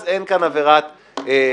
אז זו רק עבירת סיוע.